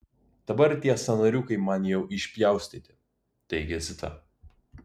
dabar tie sąnariukai man jau išpjaustyti teigia zita